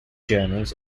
journeys